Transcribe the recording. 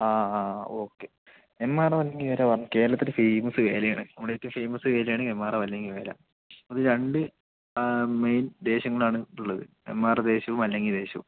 ആ ആ ഓക്കേ നെന്മാറ വല്ലങ്ങി വേല പറഞ്ഞാൽ കേരളത്തിലെ ഫേമസ് വേല ആണ് നമ്മുടെ ഏറ്റവും ഫേമസ് വേല ആണ് നെന്മാറ വല്ലങ്ങി വേല അത് രണ്ട് മെയിൻ ദേശങ്ങളാണ് ഉള്ളത് നെന്മാറ ദേശവും വല്ലങ്ങി ദേശവും